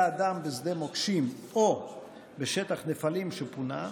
אדם בשדה מוקשים או בשטח נפלים שפונה,